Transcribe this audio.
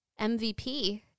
MVP